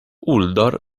uldor